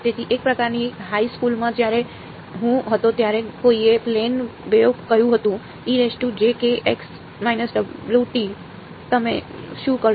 તેથી એક પ્રકારની હાઇ સ્કૂલમાં જ્યારે હું હતો ત્યારે કોઈએ પ્લેન વેવ કહ્યું હતું તમે શું કરશો